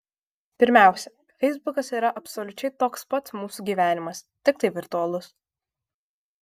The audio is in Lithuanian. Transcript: pirmiausia feisbukas yra absoliučiai toks pats mūsų gyvenimas tiktai virtualus